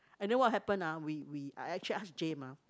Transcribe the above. and then what happen ah we we I actually ask James ah